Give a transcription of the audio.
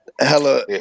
hella